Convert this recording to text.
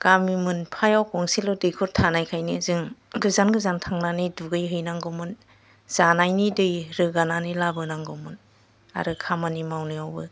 गामि मोनफायाव गंसेल दैखर थानाय खायनो जों गोजान गोजान थांनानै दुगै हैनांगौमोन जानायनि दै रोगानानै लाबो नांगौमोन आरो खामानि मावनाय आवबो